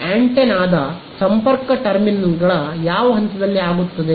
ಆಂಟೆನಾದ ಸಂಪರ್ಕ ಟರ್ಮಿನಲ್ಗಳ ಯಾವ ಹಂತದಲ್ಲಿ ಆಗುತ್ತದೆ